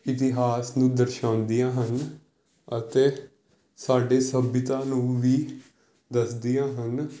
ਇਤਿਹਾਸ ਨੂੰ ਦਰਸਾਉਂਦੀਆਂ ਹਨ ਅਤੇ ਸਾਡੀ ਸੱਭਿਅਤਾ ਨੂੰ ਵੀ ਦੱਸਦੀਆਂ ਹਨ